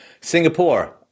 Singapore